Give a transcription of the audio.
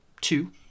two